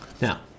Now